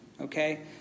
Okay